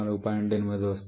8 వస్తుంది